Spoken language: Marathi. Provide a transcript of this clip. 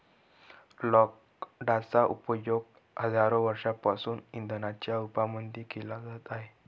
लाकडांचा उपयोग हजारो वर्षांपासून इंधनाच्या रूपामध्ये केला जात आहे